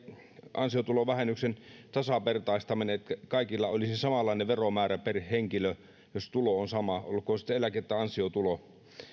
ansiotulovähennyksen tasavertaistaminen että kaikilla olisi samanlainen veromäärä per henkilö jos tulo on sama olkoon sitten eläke tai ansiotuloa